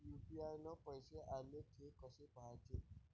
UPI न पैसे आले, थे कसे पाहाचे?